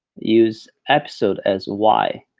use episode as y.